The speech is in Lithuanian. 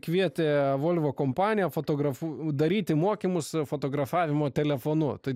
kvietė volvo kompanija fotografu daryti mokymus fotografavimo telefonu tai